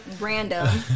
random